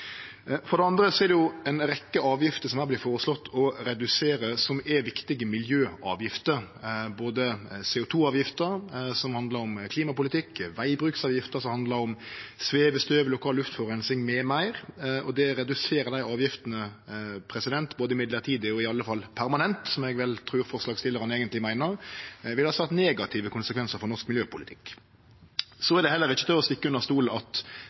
For det andre er det ei rekkje avgifter som her vert føreslått å redusere, som er viktige miljøavgifter. Både CO 2 -avgifter, som handlar om klimapolitikk, vegbruksavgifta som handlar om svevestøv og lokal luftforureining m.m. og det å redusere dei avgiftene mellombels eller permanent, som eg vel trur forslagsstillarane eigentleg meiner, vil ha svært negative konsekvensar for norsk miljøpolitikk. Det er heller ikkje til å stikke under stol at